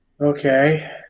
Okay